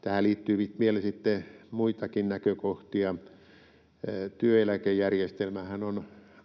Tähän liittyy vielä sitten muitakin näkökohtia. Työeläkejärjestelmähän